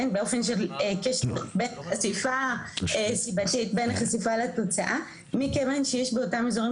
באופן של קשר בין החשיפה לתוצאה מכיוון שיש באותם אזורים